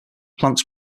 plants